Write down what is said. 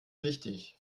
wichtig